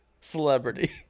celebrity